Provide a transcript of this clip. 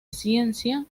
ciencia